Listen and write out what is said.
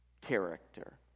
character